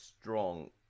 strong